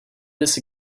this